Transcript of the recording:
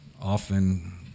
often